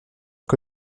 que